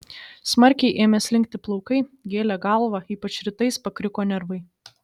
smarkiai ėmė slinkti plaukai gėlė galvą ypač rytais pakriko nervai